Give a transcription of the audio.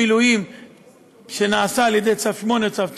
מילואים שנעשה על ידי צו 8 או צו 9,